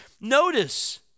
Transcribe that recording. notice